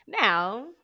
Now